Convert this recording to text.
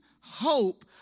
hope